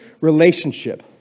relationship